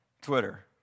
Twitter